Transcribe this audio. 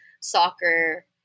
soccer